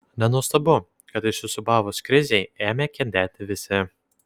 nenuostabu kad įsisiūbavus krizei ėmė kentėti visi